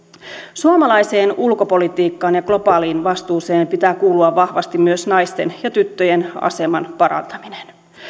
suomalaiseen ulkopolitiikkaan ja globaaliin vastuuseen pitää kuulua vahvasti myös naisten ja tyttöjen aseman parantaminen